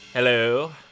Hello